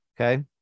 Okay